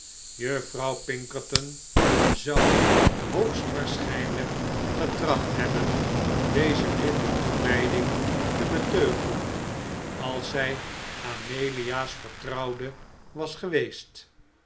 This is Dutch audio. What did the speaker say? juffrouw pinkerton zou hoogstwaarschijnlijk getracht hebben deze blinde toewijding te beteugelen als zij amelia's vertrouwde was geweest